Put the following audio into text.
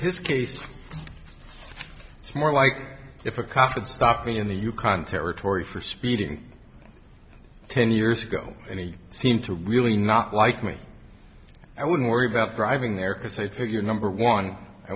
this case it's more like if a cop and stopped me in the yukon territory for speeding ten years ago and he seemed to really not like me i wouldn't worry about driving there because i think you're number one i